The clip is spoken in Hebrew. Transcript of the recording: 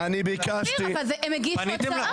הם הגישו הצעה.